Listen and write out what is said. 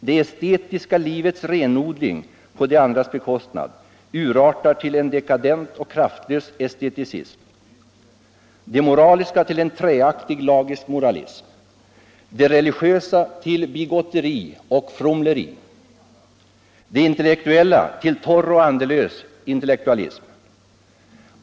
Det estetiska — tagande och ideellt livets renodling på de andras bekostnad urartar till en dekadent och kraft — engagemang lös esteticism, det moraliska till en träaktig lagisk moralism, det religiösa till bigotteri och fromleri, det intellektuella till torr och andelös intellektualism.